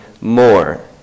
more